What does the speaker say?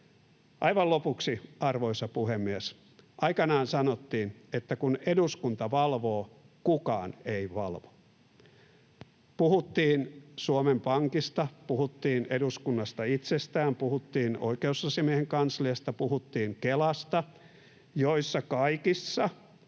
Aivan lopuksi, arvoisa puhemies: Aikanaan sanottiin, että kun eduskunta valvoo, kukaan ei valvo. Puhuttiin Suomen Pankista, puhuttiin eduskunnasta itsestään, puhuttiin oikeusasiamiehen kansliasta, puhuttiin Kelasta, joissa kaikissa